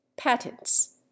Patents